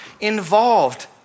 involved